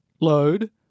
load